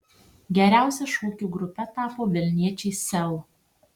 geriausia šokių grupe tapo vilniečiai sel